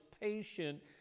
patient